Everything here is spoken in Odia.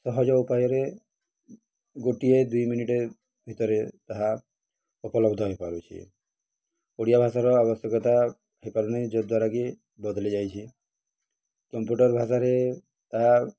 ସହଜ ଉପାୟରେ ଗୋଟିଏ ଦୁଇ ମିନିଟ୍ ଭିତରେ ତାହା ଉପଲବ୍ଧ ହୋଇପାରୁଛି ଓଡ଼ିଆ ଭାଷାର ଆବଶ୍ୟକତା ହୋଇପାରୁନାହିଁ ଯତ୍ଦ୍ଵାରାକିି ବଦଲି ଯାଇଛି କମ୍ପ୍ୟୁଟର୍ ଭାଷାରେ ତାହା